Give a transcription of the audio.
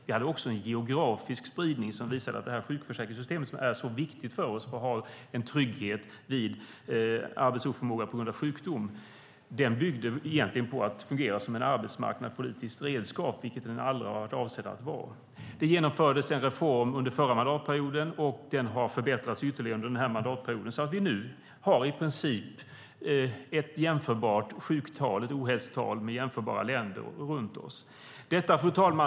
Vi hade också en geografisk spridning som visade att sjukförsäkringssystemet, som är så viktigt för oss för att vi ska ha en trygghet vid arbetsoförmåga på grund av sjukdom, egentligen fungerade som ett arbetsmarknadspolitiskt redskap, vilket den aldrig har varit avsedd att vara. Det genomfördes en reform under förra mandatperioden, och den har förbättrats ytterligare under den här mandatperioden. Nu har vi i princip ett sjuktal, ett ohälsotal, som är jämförbart med hur det är i jämförbara länder runt oss. Fru talman!